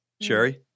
Sherry